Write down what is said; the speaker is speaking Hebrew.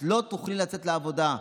את לא תוכלי לצאת לעבודה.